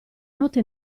notte